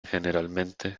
generalmente